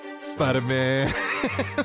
Spider-Man